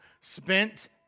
spent